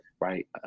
Right